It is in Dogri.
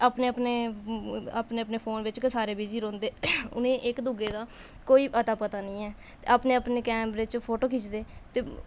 अपने अपने अपने अपने फोन बिच्च गै सारे बिजी रौंह्दे उ'नेंगी इक दूए दा कोई अता पता निं ऐ ते अपने अपने कैमरे च फोटो खिच्चदे ते